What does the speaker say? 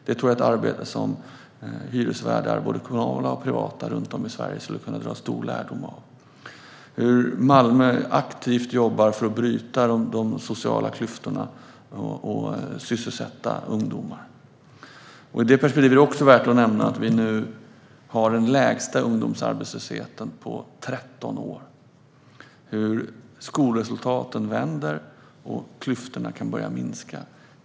Det tror jag är ett arbete som både kommunala och privata hyresvärdar runt om i Sverige skulle kunna dra stor lärdom av. Malmö arbetar också aktivt för att minska de sociala klyftorna och för att sysselsätta ungdomar. I det perspektivet är det också värt att nämna att vi nu har den lägsta ungdomsarbetslösheten på 13 år. Skolresultaten vänder, och klyftorna kan börja minska.